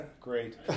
Great